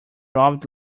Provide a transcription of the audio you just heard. robbed